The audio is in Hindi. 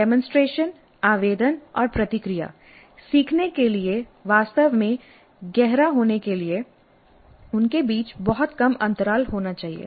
डेमोंसट्रेशन आवेदन और प्रतिक्रिया सीखने के लिए वास्तव में गहरा होने के लिए उनके बीच बहुत कम अंतराल होना चाहिए